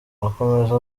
akomeza